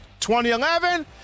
2011